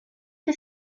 que